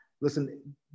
Listen